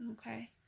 Okay